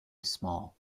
small